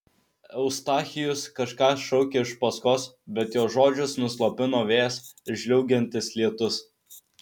eustachijus kažką šaukė iš paskos bet jo žodžius nuslopino vėjas ir žliaugiantis lietus